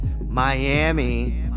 Miami